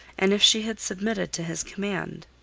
and if she had submitted to his command.